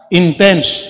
intense